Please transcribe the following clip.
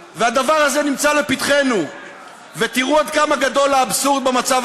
הזה, וזאת פשוט בושה,